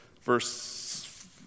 verse